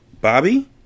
Bobby